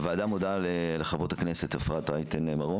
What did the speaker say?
הוועדה מודה לחברות הכנסת אפרת רייטן מרום